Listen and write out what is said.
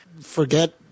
forget